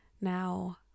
Now